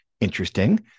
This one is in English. Interesting